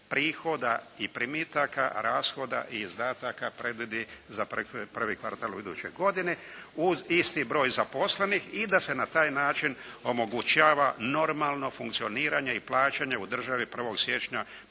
prihoda I primitaka rashoda I izdataka predvidi za prvi kvartal iduće godine, uz isti broj zaposlenih I da se na taj način omogućava normalno funkcioniranje I plaćanje u državi 1. siječnja